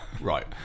right